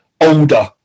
older